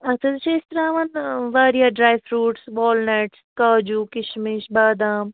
اَتھ حظ چھِ أسۍ ترٛاون وارِیاہ ڈرٛاے فرٛوٗٹٕس والنٹٕس کاجوٗ کِشمِش بادام